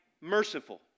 merciful